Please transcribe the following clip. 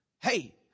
Hey